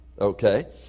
Okay